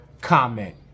comment